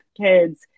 kids